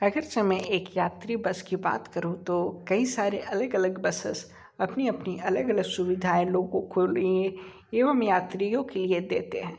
अगर समय एक यात्री बस की बात करूँ तो कई सारे अलग अलग बसेस अपनी अपनी अलग अलग सुविधएँ लोगों को लिए एवं यात्रियों की लिए देते हैं